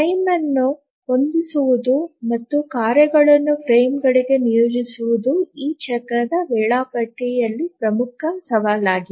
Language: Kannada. ಫ್ರೇಮ್ ಅನ್ನು ಹೊಂದಿಸುವುದು ಮತ್ತು ಕಾರ್ಯಗಳನ್ನು ಫ್ರೇಮ್ಗಳಿಗೆ ನಿಯೋಜಿಸುವುದು ಈ ಚಕ್ರದ ವೇಳಾಪಟ್ಟಿಯಲ್ಲಿ ಪ್ರಮುಖ ಸವಾಲಾಗಿದೆ